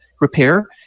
repair